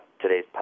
today's